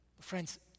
Friends